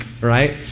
right